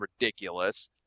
ridiculous